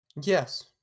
yes